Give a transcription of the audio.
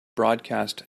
broadcast